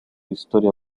historia